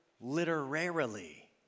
literarily